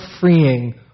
freeing